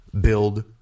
Build